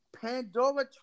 Pandora